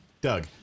Doug